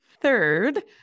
Third